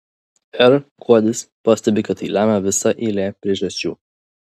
r kuodis pastebi kad tai lemia visa eilė priežasčių